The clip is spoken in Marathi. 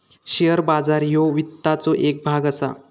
शेअर बाजार ह्यो वित्ताचो येक भाग असा